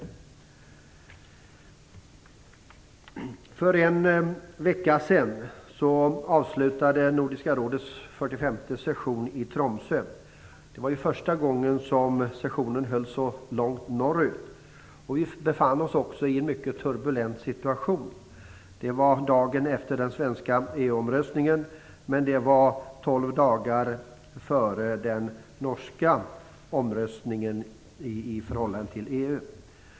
För en vecka sedan avslutades Nordiska rådets fyrtiofemte session i Tromsö. Det var första gången som sessionen hölls så långt norrut. Vi befann oss i en mycket turbulent situation. Det var dagen efter den svenska EU-omröstningen, men det var tolv dagar före den norska omröstningen om EU.